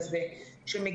באמת, הדבר הזה נשגב מבינתי.